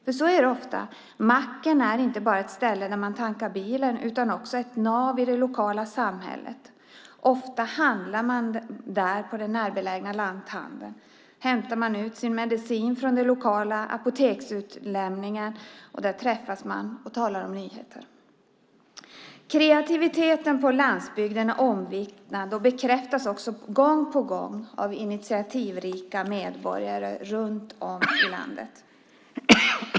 Macken är ofta inte bara ett ställe där man tankar bilen utan också ett nav i det lokala samhället, och ofta handlar man i den närbelägna lanthandeln. Man hämtar ut sin medicin på det lokala apoteksutlämningsstället och träffas och talar om nyheter. Kreativiteten på landsbygden är omvittnad och bekräftas gång på gång av initiativrika medborgare runt om i landet.